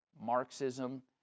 Marxism